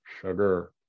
sugar